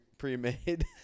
Pre-made